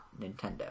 Nintendo